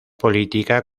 política